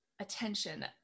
attention